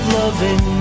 loving